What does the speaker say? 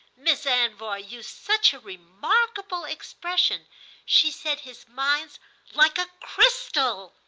miss anvoy used such a remarkable expression she said his mind's like a crystal!